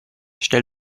stell